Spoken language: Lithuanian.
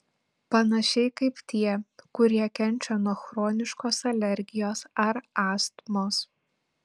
panašiai kaip tie kurie kenčia nuo chroniškos alergijos ar astmos